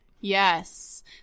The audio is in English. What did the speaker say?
Yes